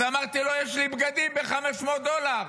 אז אמרתי לו, יש לי בגדים ב-500 דולר.